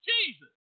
Jesus